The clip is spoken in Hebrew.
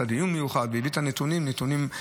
עשה דיון מיוחד והביא את הנתונים הקשים